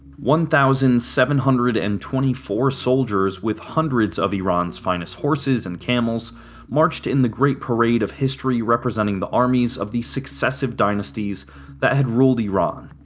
one thousand seven hundred and twenty four soldiers with hundreds of iran's finest horses and camels marched in the greatest parade of history representing the armies of the successive dynasties that had ruled iran.